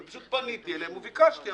פשוט פניתי אליהם וביקשתי,